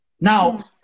Now